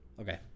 Okay